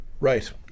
Right